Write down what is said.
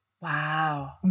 Wow